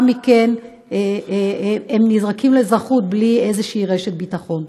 מכן הם נזרקים לאזרחות בלי איזושהי רשת ביטחון.